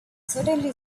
certainly